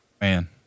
man